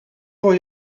voor